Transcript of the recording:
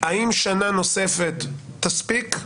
האם שנה נוספת תספיק?